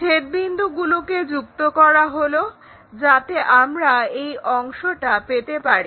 ছেদবিন্দুগুলোকে যুক্ত করা হলো যাতে আমরা এই অংশটা পেতে পারি